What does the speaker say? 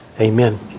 Amen